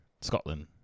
Scotland